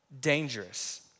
dangerous